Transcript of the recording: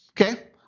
Okay